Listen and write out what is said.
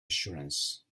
assurance